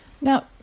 Now